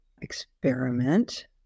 experiment